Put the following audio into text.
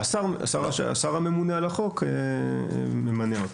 שהשר הממונה על החוק ממנה אותו.